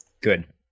Good